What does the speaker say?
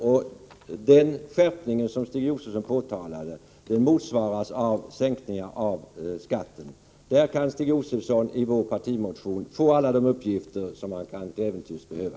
Den skatteskärpning som Stig Josefson påtalade motsvaras av sänkningar av skatten i andra avseenden. I vår partimotion kan Stig Josefson få alla de uppgifter som han till äventyrs kan behöva.